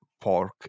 pork